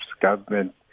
government